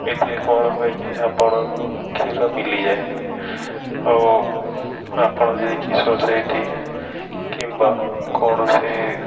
ଏଥିରେ କ'ଣ ହୁଏ କି ଆପଣଙ୍କୁ କ୍ଷୀର ମିଲିଯାଏ ଆଉ ଆପଣ ଯିଏକି ସୋସାଇଟି କିମ୍ବା କୌଣସି